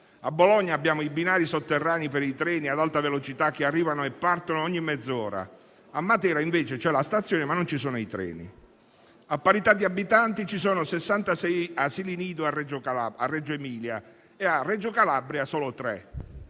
a Bologna abbiamo i binari sotterranei per i treni ad alta velocità, che arrivano e partono ogni mezz'ora; a Matera invece c'è la stazione, ma non ci sono i treni. A parità di abitanti, ci sono 66 asili nido pubblici a Reggio Emilia e solo tre